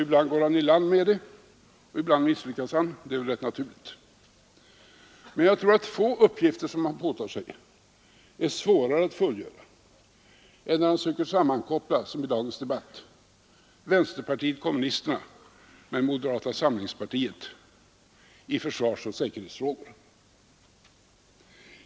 Ibland går han i land med det, men ibland misslyckas han. Det är rätt naturligt. Jag tror att få uppgifter som han påtagit sig är svårare att fullgöra än när han söker sammankoppla, som i dagens debatt, vänsterpartiet kommunisterna med moderata samlingspartiet i försvarsoch säkerhetsfrågor.